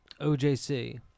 OJC